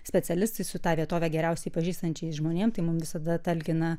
specialistais su tą vietovę geriausiai pažįstančiais žmonėm tai mums visada talkina